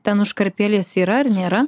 ten užkarpėlės yra ar nėra